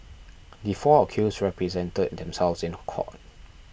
the four accused represented themselves in court